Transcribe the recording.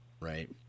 Right